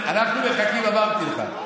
אנחנו מחכים, אמרתי לך,